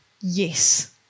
Yes